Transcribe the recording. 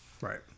Right